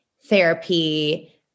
therapy